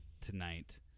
tonight